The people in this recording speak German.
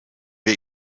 wir